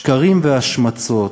שקרים והשמצות,